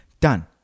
Done